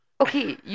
okay